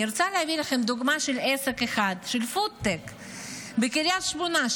אני רוצה להביא לכם דוגמה לעסק אחד של פודטק בקריית שמונה,